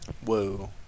Whoa